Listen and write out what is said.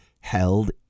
held